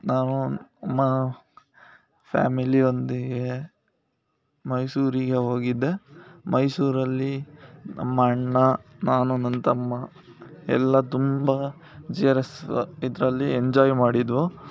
ನಾನು ಮಾ ಫ್ಯಾಮಿಲಿಯೊಂದಿಗೆ ಮೈಸೂರಿಗೆ ಹೋಗಿದ್ದೆ ಮೈಸೂರಲ್ಲಿ ನಮ್ಮ ಅಣ್ಣ ನಾನು ನನ್ನ ತಮ್ಮ ಎಲ್ಲ ತುಂಬ ಜಿ ಆರ್ ಎಸ್ ಇದರಲ್ಲಿ ಎಂಜಾಯ್ ಮಾಡಿದ್ದೆವು